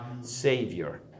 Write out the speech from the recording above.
Savior